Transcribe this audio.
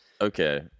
Okay